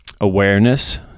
awareness